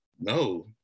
No